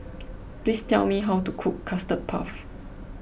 please tell me how to cook Custard Puff